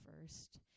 first